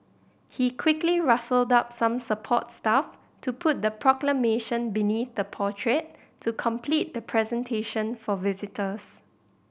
he quickly rustled up some support staff to put the Proclamation beneath the portrait to complete the presentation for visitors